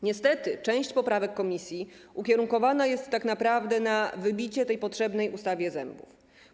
Niestety część poprawek komisji ukierunkowana jest tak naprawdę na wybicie tej potrzebnej ustawie zębów.